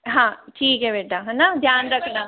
हाँ ठीक है बेटा है ना ध्यान रखना